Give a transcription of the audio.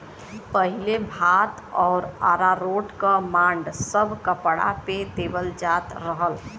पहिले भात आउर अरारोट क माड़ सब कपड़ा पे देवल जात रहल